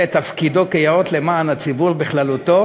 את תפקידו כיאות למען הציבור בכללותו.